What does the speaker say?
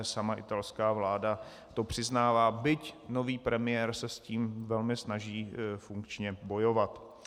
Sama italská vláda to přiznává, byť nový premiér se s tím velmi snaží funkčně bojovat.